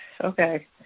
Okay